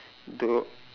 don't